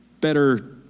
better